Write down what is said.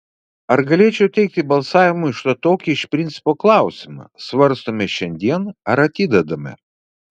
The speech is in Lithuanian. ar galėčiau teikti balsavimui štai tokį iš principo klausimą svarstome šiandien ar atidedame